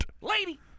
Lady